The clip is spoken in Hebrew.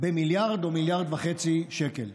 ב-1 1.5 מיליארד שקל.